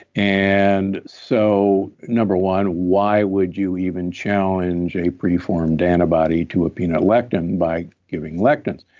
and so number one, why would you even challenge a preformed antibody to a peanut lectin by giving lectins?